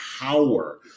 power